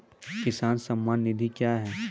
किसान सम्मान निधि क्या हैं?